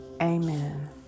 Amen